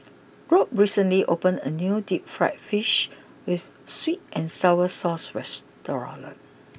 Robt recently opened a new deep Fried Fish with sweet and Sour Sauce restaurant